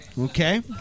Okay